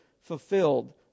fulfilled